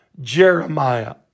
Jeremiah